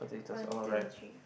one two three